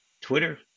Twitter